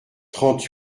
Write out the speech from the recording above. trente